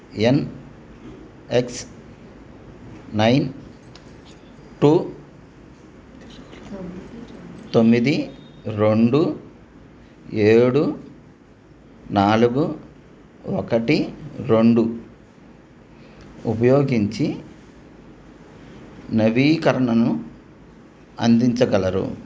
NX nine two తొమ్మిది రెండు ఏడు నాలుగు ఒకటి రెండు ఉపయోగించి నవీకరణను అందించగలరు